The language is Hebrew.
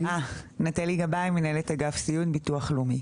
נטלי גבאי מנהלת אגף סיעוד ביטוח לאומי.